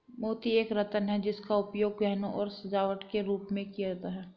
मोती एक रत्न है जिसका उपयोग गहनों और सजावट के रूप में किया जाता था